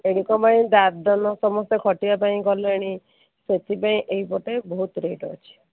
ଏଣୁ କ'ଣ ପାଇଁ ଦାଦନ ସମସ୍ତେ ଖଟିବା ପାଇଁ ଗଲେଣି ସେଥିପାଇଁ ଏଇପଟେ ବହୁତ ରେଟ୍ ଅଛି